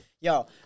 Yo